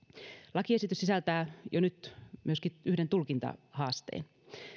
lakiesitys sisältää jo nyt myöskin yhden tulkintahaasteen